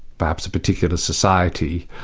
perhaps a particular society,